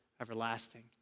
everlasting